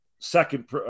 Second